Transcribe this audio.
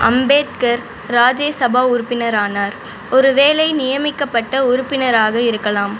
அம்பேத்கர் ராஜ்யசபா உறுப்பினரானார் ஒருவேளை நியமிக்கப்பட்ட உறுப்பினராக இருக்கலாம்